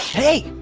hey,